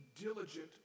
diligent